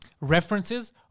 references